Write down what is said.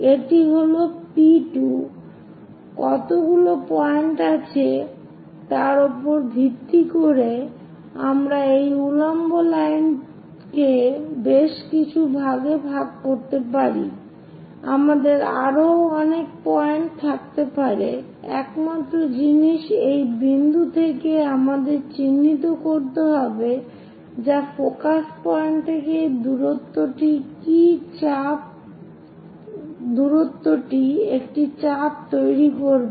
এটি হল P2 কতগুলো পয়েন্ট আছে তার ওপর ভিত্তি করে আমরা এই উলম্ব লাইনকে বেশকিছু ভাগে ভাগ করতে পারি আমাদের আরো অনেক পয়েন্ট থাকতে পারে একমাত্র জিনিস এই বিন্দু থেকে আমাদের চিহ্নিত করতে হবে যে ফোকাস পয়েন্ট থেকে এই দূরত্বটি কি একটি চাপ তৈরি করবে